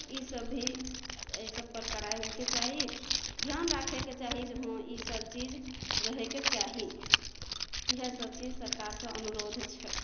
ई सभ भी एहि सभपर कड़ाइ होइ के चाही ध्यान राखै के चाही जे हँ ई सभचीज रहै के चाही इहे सभचीज सरकार सँ अनुरोध छै